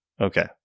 Okay